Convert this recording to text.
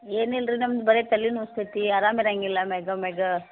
ಏನು ಇಲ್ರಿ ನಮ್ದು ಬರೆ ತಲೆ ನೂವ್ಸ್ತೈತಿ ಆರಾಮು ಇರಾಂಗ ಇಲ್ಲ ಮೇಗ ಮೇಗಾ